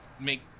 make